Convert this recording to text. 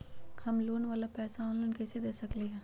हम लोन वाला पैसा ऑनलाइन कईसे दे सकेलि ह?